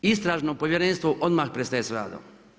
Istražno povjerenstvo odmah prestaje s radom.